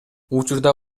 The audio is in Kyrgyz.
учурда